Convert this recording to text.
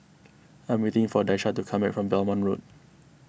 I am waiting for Daisha to come back from Belmont Road